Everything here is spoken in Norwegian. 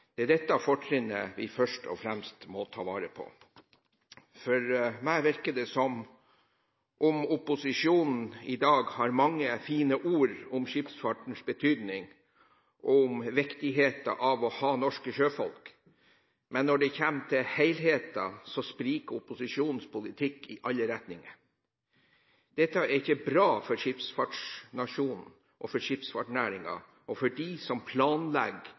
Det er dette fortrinnet vi først og fremst må ta vare på. For meg virker det som om opposisjonen i dag har mange fine ord om skipsfartens betydning og om viktigheten av å ha norske sjøfolk, men når det kommer til helheten, spriker opposisjonens politikk i alle retninger. Dette er ikke bra for skipsfartsnasjonen, for skipsfartsnæringen og for dem som planlegger